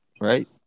right